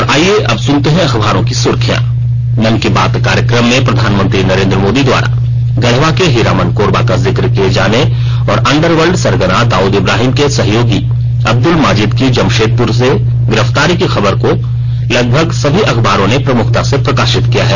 और आईये अब सुनते हैं अखबारों की सुर्खियां मन की बात कार्यक्रम में प्रधानमंत्री नरेन्द्र मोदी द्वारा गढ़वा के हीरामन कोरबा का जिक्र किए जाने और अंडरवर्ल्ड सरगना दाउद इब्राहीम के सहयोगी अब्दुल माजिद की जम ीदपुर से गिरफतारी की खबर को लगभग सभी अखबारों ने प्रमुखता से प्रकार्थित किया है